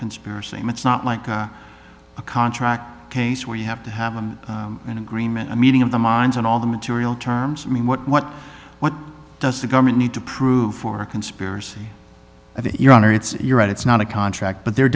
conspiracy and it's not like a contract case where you have to have an agreement a meeting of the minds on all the material terms i mean what what what does the government need to prove for a conspiracy of your own or it's your right it's not a contract but there